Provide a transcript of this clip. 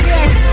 Yes